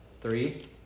Three